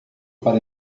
para